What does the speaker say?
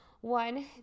One